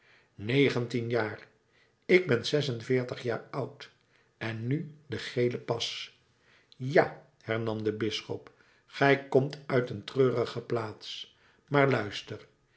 negentien jaar ik ben zesenveertig jaar oud en nu de gele pas ja hernam de bisschop gij komt uit een treurige plaats maar luister